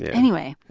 anyway,